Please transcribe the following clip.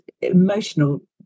emotional